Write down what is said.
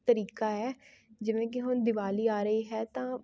ਤਰੀਕਾ ਹੈ ਜਿਵੇਂ ਕਿ ਹੁਣ ਦਿਵਾਲੀ ਆ ਰਹੀ ਹੈ ਤਾਂ